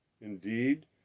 Indeed